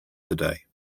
today